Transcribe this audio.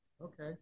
Okay